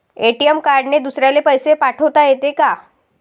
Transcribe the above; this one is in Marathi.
ए.टी.एम कार्डने दुसऱ्याले पैसे पाठोता येते का?